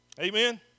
Amen